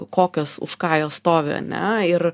kokios už ką jos stovi ane ir